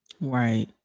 Right